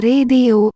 Radio